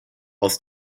aus